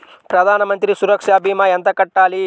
ప్రధాన మంత్రి సురక్ష భీమా ఎంత కట్టాలి?